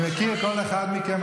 אני מכיר כל אחד מכם,